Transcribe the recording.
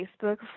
Facebook